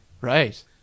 Right